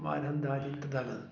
واریاہَن دادیٚن تہٕ دَغَن